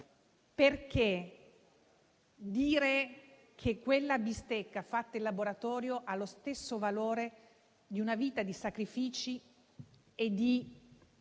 allora, dire che quella bistecca fatta in laboratorio ha lo stesso valore di una vita di sacrifici e di